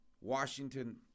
Washington